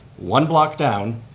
one block down,